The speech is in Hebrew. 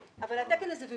אם אתם לא יודעים את זה,